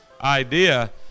idea